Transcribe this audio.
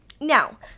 Now